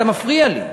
אתה מפריע לי.